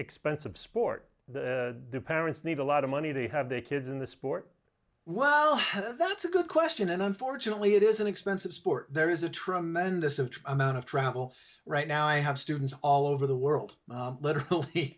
expensive sport the parents need a lot of money to have their kids in the sport well that's a good question and unfortunately it is an expensive sport there is a tremendous of amount of travel right now i have students all over the world